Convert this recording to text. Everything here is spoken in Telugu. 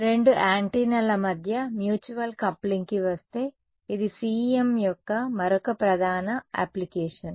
రెండు యాంటెన్నాల మధ్య మ్యూచువల్ కప్లింగ్ కి వస్తే ఇది CEM యొక్క మరొక ప్రధాన అప్లికేషన్